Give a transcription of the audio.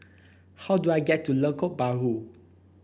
how do I get to Lengkok Bahru